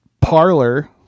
parlor